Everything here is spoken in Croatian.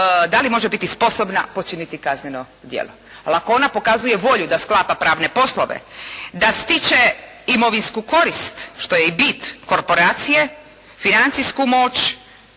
da li može biti sposobna počiniti kazneno djelo. Ali ako ona pokazuje volju da sklapa pravne poslove, da stiče imovinsku korist, što je i bit korporacije, financijsku moć